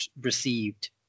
received